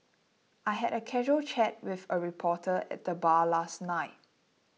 I had a casual chat with a reporter at the bar last night